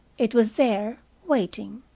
it was there, waiting.